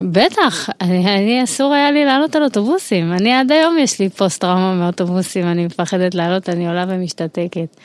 בטח, אני אני אסור היה לי לעלות על אוטובוסים, אני עד היום יש לי פוסט טראומה מאוטובוסים, אני מפחדת לעלות, אני עולה במשתתקת.